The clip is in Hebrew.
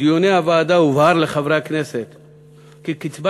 בדיוני הוועדה הובהר לחברי הכנסת כי קצבת